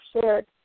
shared